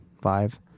five